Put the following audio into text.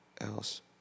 else